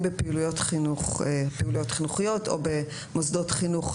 בפעילויות חינוכיות או במוסדות חינוך,